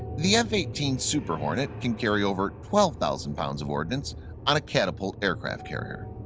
the f eighteen super hornet can carry over twelve thousand pounds of ordnance on a catapult aircraft carrier.